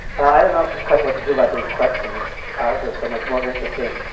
i don't know quite what to do about these questions. ours are so much more interesting.